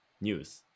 news